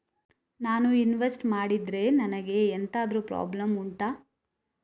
ನಾನು ಇನ್ವೆಸ್ಟ್ ಮಾಡಿದ್ರೆ ನನಗೆ ಎಂತಾದ್ರು ಪ್ರಾಬ್ಲಮ್ ಉಂಟಾ